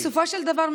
בסופו של דבר,